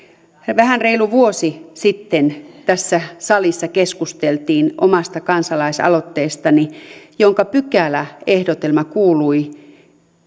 vähän reilu vuosi sitten tässä salissa keskusteltiin omasta kansalaisaloitteestani jonka pykäläehdotelma kuului